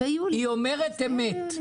היא אומרת אמת.